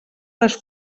les